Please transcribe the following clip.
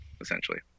essentially